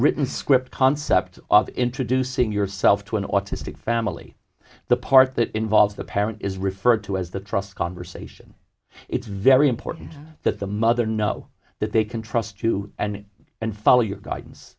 written script concept of introducing yourself to an autistic family the part that involves a parent is referred to as the trust conversation it's very important that the mother know that they can trust you and and follow your guidance